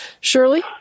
Shirley